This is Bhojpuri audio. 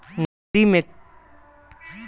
नदी में कारखाना के कचड़ा डाले से मछली सब मर जली सन